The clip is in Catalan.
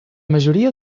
majoria